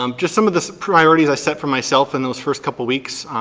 um just some of the priorities i set for myself in those first couple weeks.